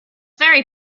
very